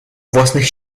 własnych